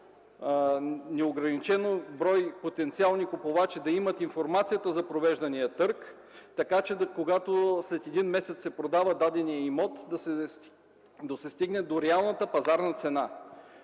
неограничен брой потенциални купувачи да имат информацията за провеждания търг, така че когато след един месец се продава даденият имот да се стигне до реалната пазарна цена.